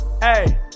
hey